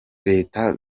leta